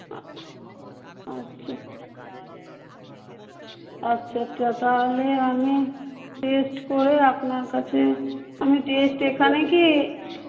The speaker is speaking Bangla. আচ্ছা আচ্ছা তাহলে আমি টেস্ট করে আপনার কাছে আমি টেস্ট এখানে কি